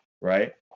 right